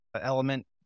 element